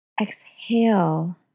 Exhale